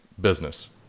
business